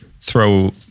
throw